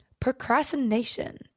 Procrastination